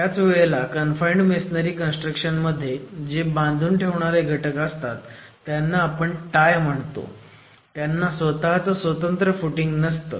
त्याच वेळेला confined masonry construction मध्ये जे बांधून ठेवणारे घटक असतात ज्यांना आपण टाय म्हणतो त्यांना स्वतःचं स्वतंत्र फुटिंग नसतं